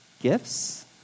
gifts